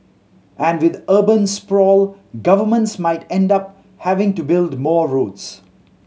and with urban sprawl governments might end up having to build more roads